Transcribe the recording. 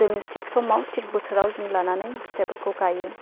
जों थिग समाव थिग बोथोराव जों लानानै फिथाइफोरखौ गायो